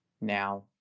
Now